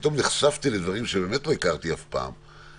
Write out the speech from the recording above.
פתאום נחשפתי לדברים שבאמת לא הכרתי אף פעם,